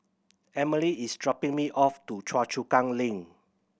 Amelie is dropping me off to Choa Chu Kang Link